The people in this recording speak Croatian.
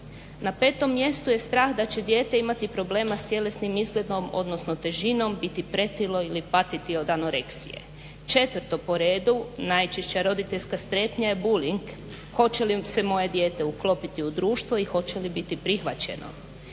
na 5. mjestu je strah da će dijete imati probleme s tjelesnim izgledom, odnosno težinom, biti pretilo ili patiti od anoreksije. 4. po redu najčešća roditeljska strepnja je bullying, hoće li se moje dijete uklopiti u društvo i hoće li biti prihvaćeno.